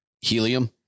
helium